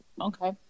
Okay